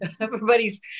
everybody's